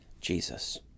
jesus